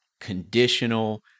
conditional